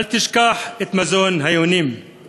אל תשכח את מזון היונים /